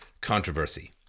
controversy